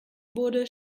wurde